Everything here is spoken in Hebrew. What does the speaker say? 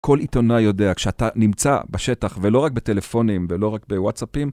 כל עיתונאי יודע, כשאתה נמצא בשטח, ולא רק בטלפונים, ולא רק בוואטסאפים,